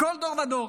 בכל דור ודור